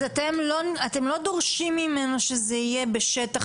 אז אתם לא דורשים ממנו שזה יהיה בשטח